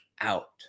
out